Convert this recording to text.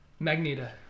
Magneta